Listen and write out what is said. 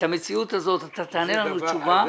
אתה תענה לנו תשובה.